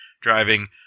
driving